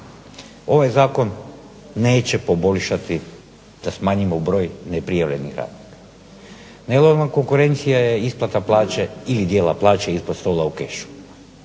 Ovaj zakon neće poboljšati da smanjimo broj neprijavljenih radnika. Nelojalna konkurencija je isplata plaće, ili dijela plaće ispod stola u kešu.